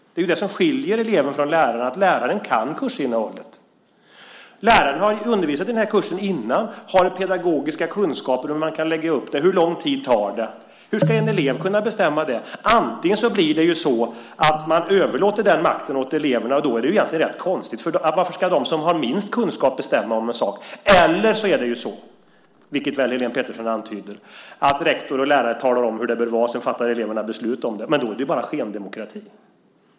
Det som skiljer eleven från läraren är att läraren kan kursinnehållet. Läraren har undervisat i den kursen innan, har pedagogiska kunskaper om hur man kan lägga upp den, hur lång tid det tar. Ska en elev kunna bestämma det? Antingen blir det så att man överlåter den makten åt eleverna, och då är det rätt konstigt. Varför ska de som har minst kunskaper bestämma om en sak? Eller är det så, vilket Helene Petersson antyder, att rektor och lärare talar om hur det bör vara, och sedan fattar eleverna beslut om det? Men då är det bara skendemokrati.